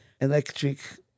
electric